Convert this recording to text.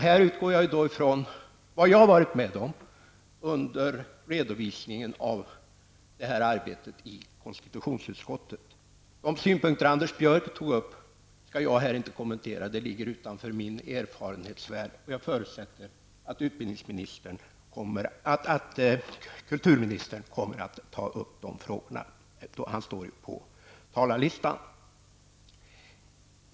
Här utgår jag från vad jag har varit med om under redovisningen av det här arbetet i konstitutionsutskottet. De synpunkter som Anders Björck tog upp skall jag inte här kommentera. De ligger utanför min erfarenhetssfär, och jag förutsätter att utbildningsministern kommer att ta upp de frågorna. Han står ju på talarlistan.